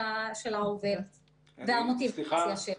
של העובד והמוטיבציה שלו.